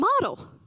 model